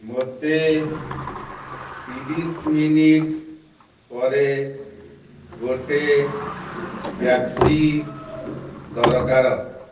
ମୋତେ ତିରିଶି ମିନିଟ୍ ପରେ ଗୋଟେ ଟ୍ୟାକ୍ସି ଦରକାର